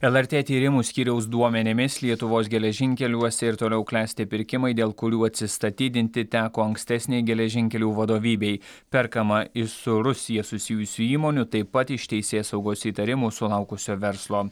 lrt tyrimų skyriaus duomenimis lietuvos geležinkeliuose ir toliau klesti pirkimai dėl kurių atsistatydinti teko ankstesnei geležinkelių vadovybei perkama iš su rusija susijusių įmonių taip pat iš teisėsaugos įtarimų sulaukusio verslo